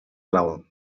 clau